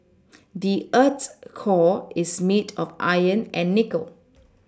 the earth's core is made of iron and nickel